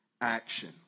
action